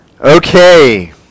Okay